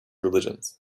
religions